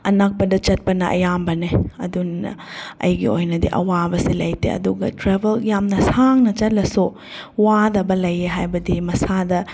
ꯑꯅꯛꯄꯗ ꯆꯠꯄꯅ ꯑꯌꯥꯝꯕꯅꯤ ꯑꯗꯨꯅ ꯑꯩꯒꯤ ꯑꯣꯏꯅꯗꯤ ꯑꯋꯥꯕꯁꯦ ꯂꯩꯇꯦ ꯑꯗꯨꯒ ꯇ꯭ꯔꯦꯕꯦꯜ ꯌꯥꯝꯅ ꯁꯥꯡꯅ ꯆꯠꯂꯁꯨ ꯋꯥꯗꯕ ꯂꯩ ꯍꯥꯏꯕꯗꯤ ꯃꯁꯥꯗ